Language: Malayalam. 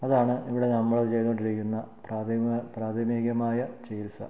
അതാണ് ഇവിടെ നമ്മൾ ചെയ്തു കൊണ്ടിരിക്കുന്ന പ്രാഥമിക പ്രാഥമികമായ ചികിത്സ